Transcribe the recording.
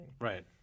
right